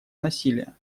насилия